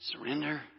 Surrender